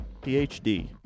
PhD